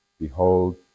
Behold